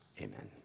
Amen